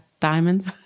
Diamonds